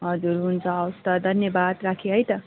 हजुर हुन्छ हवस् त धन्यवाद राखेँ है त